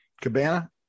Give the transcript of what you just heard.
Cabana